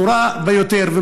ברורה ביותר.